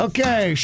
Okay